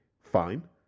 fine